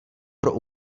pro